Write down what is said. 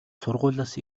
сургуулиас